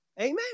Amen